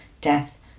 death